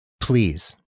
Please